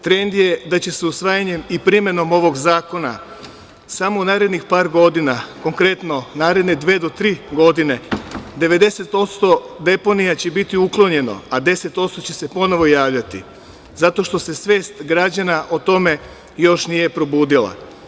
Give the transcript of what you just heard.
Trend je da će se usvajanjem i primenom ovog zakona samo u narednih par godina, konkretno, naredne dve do tri godine 90% deponija će biti uklonjeno, a 10% će se ponovo javljati, zato što se svest građana o tome još nije probudila.